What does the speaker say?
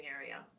area